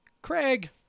Craig